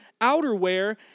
outerwear